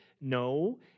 No